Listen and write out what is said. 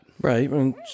right